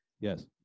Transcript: Yes